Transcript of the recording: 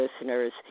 listeners